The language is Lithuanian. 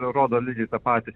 rodo lygiai tą patį